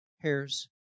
hairs